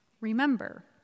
remember